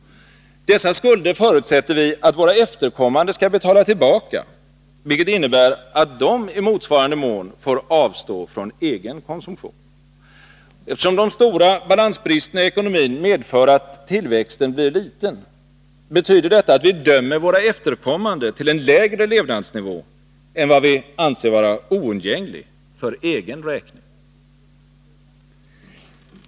Dessa skulder förutsätter vi att våra efterkommande skall betala tillbaka, vilket innebär att de i motsvarande mån får avstå från egen konsumtion. Eftersom de stora balansbristerna i ekonomin medför att tillväxten blir liten, betyder detta att vi dömer våra efterkommande till en lägre levnadsnivå än vad vi anser vara oundgänglig för egen räkning.